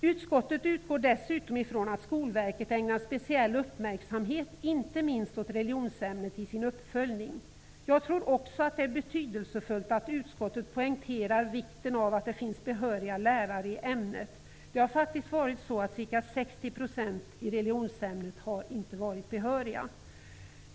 Utskottet utgår dessutom ifrån att Skolverket ägnar speciell uppmärksamhet inte minst åt religionsämnet i sin uppföljning. Jag tror också att det är betydelsefullt att utskottet poängterar vikten av att det finns behöriga lärare i ämnet. Det har faktiskt varit så att ca 60 % av lärarna i religionsämnet inte har varit behöriga.